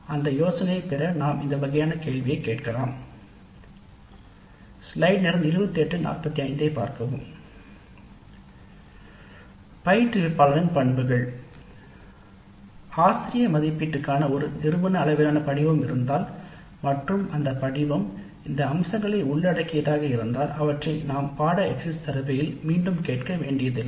அந்த யோசனையைப் பெற நாம் இந்த வகையான கேள்வியைக் கேட்கலாம் பயிற்றுவிப்பாளரின் பண்புகள் ஆசிரிய மதிப்பீட்டிற்கான ஒரு நிறுவன அளவிலான படிவம் இருந்தால் மற்றும் அந்த படிவம் இந்த அம்சங்களை உள்ளடக்கியிருந்தால் அவற்றை நாம் மீண்டும் செய்ய வேண்டியதில்லை